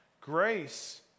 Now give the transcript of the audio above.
Grace